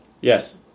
Yes